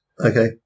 Okay